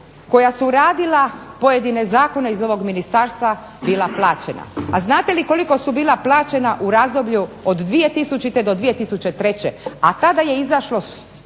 koja su radila pojedine zakone iz ovog ministarstva bila plaćena. A znate li koliko su bila plaćena u razdoblju od 2000. do 2003. a tada je izašla